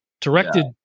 directed